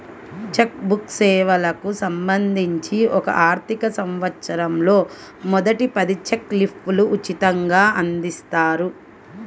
check book సేవలకు సంబంధించి ఒక ఆర్థికసంవత్సరంలో మొదటి పది చెక్ లీఫ్లు ఉచితంగ అందిస్తారు